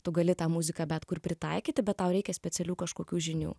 tu gali tą muziką bet kur pritaikyti bet tau reikia specialių kažkokių žinių